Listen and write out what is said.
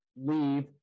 leave